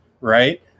right